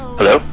Hello